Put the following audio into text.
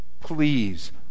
Please